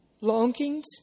Longings